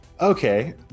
okay